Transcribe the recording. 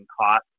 cost